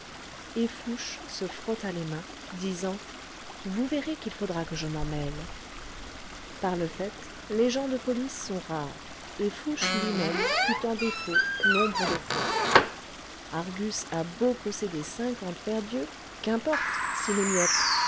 et fouché se frotta les mains disant vous verrez qu'il faudra que je m'en mêle par le fait les gens de police sont rares et fouché lui-même fut en défaut nombre de fois argus a beau posséder cinquante paires d'yeux qu'importe s'il est myope